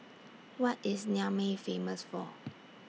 What IS Niamey Famous For